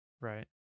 Right